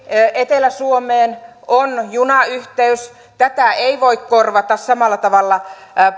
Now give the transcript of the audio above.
etelä suomeen on junayhteys tätä ei voi korvata samalla tavalla